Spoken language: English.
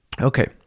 Okay